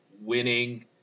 winning